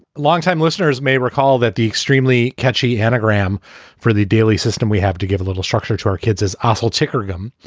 longtime listeners may recall that the extremely catchy anagram for the daily system we have to give a little structure to our kids is assal ticker ogham.